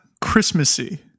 Christmassy